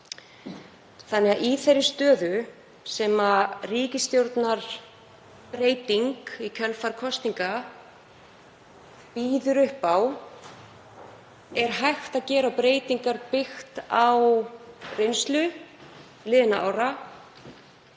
Í þeirri stöðu sem ríkisstjórnarbreyting í kjölfar kosninga býður upp á er hægt að gera breytingar byggðar á reynslu liðinna ára